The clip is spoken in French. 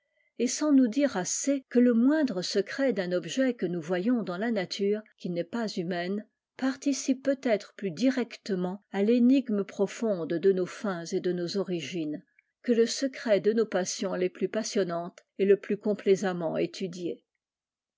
et sans nous dire assez que le moindre secret d'un objet que nous voyons dans la nature qui n'est pas humaine participe peut-être plus directement à l'énigme profonde de nos fins et de nos origines que le secret de nos passions les plus passionnantes et le plus complaisamment étudiées